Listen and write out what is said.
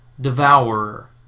devourer